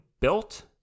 built